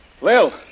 Lil